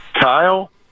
Kyle